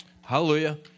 Hallelujah